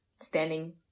Standing